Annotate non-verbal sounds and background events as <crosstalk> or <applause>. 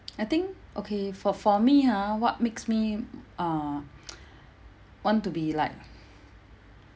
I think okay for for me ha what makes me uh <noise> want to be like